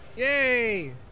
Yay